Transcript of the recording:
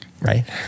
right